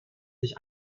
sich